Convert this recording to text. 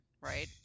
right